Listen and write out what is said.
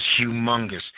humongous